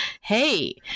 hey